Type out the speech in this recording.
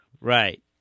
Right